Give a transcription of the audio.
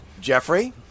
Jeffrey